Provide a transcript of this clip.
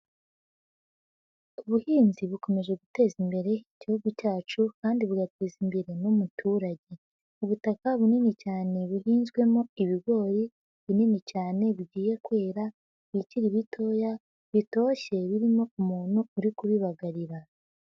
Ubuhinzi bukomeje guteza imbere igihugu cyacu kandi bugateza imbere n'umuturage, ubutaka bunini cyane buhinzwemo ibigori binini cyane ,bigiye kwera, ibikiri bitoya, bitoshye birimo umuntu uri kubibagarira.